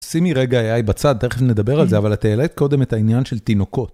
שימי רגע AI בצד, תכף נדבר על זה, אבל את העלית קודם את העניין של תינוקות.